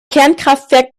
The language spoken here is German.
kernkraftwerk